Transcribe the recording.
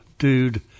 dude